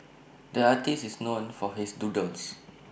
the artist is known for his doodles